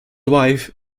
wife